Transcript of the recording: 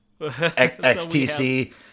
XTC